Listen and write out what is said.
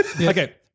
Okay